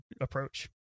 approach